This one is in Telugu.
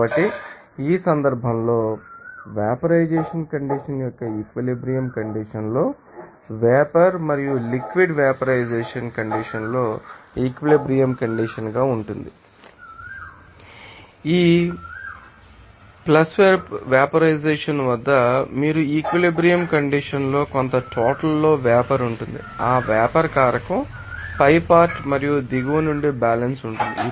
కాబట్టి ఈ సందర్భంలోవెపరైజెషన్ కండిషన్ యొక్క ఈక్విలిబ్రియం కండిషన్ లో వేపర్ మరియు లిక్విడ్ ం ఈవెపరైజెషన్ కండిషన్ లో ఈక్విలిబ్రియం కండిషన్ గా ఉంటుందని మీరు చూస్తారు మరియు ఈ ప్లస్వెపరైజెషన్ం వద్ద మీరు ఈక్విలిబ్రియం కండిషన్ లో కొంత టోటల్ లో వేపర్ ఉంటుంది ఆ వేపర్ కారకం పైపార్ట్ మరియు దిగువ నుండి బ్యాలన్స్ ఉంటుంది